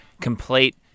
complete